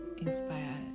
inspire